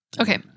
Okay